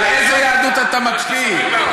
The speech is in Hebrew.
על איזו יהדות אתה מקפיד?